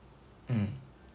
mm